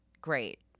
Great